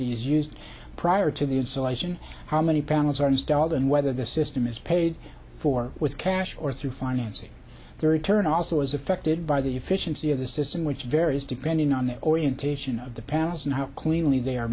is used prior to the installation how many panels are installed and whether the system is paid for with cash or through financing their return also is affected by the efficiency of the system which varies depending on the oil in taishan of the palace and how cleanly they are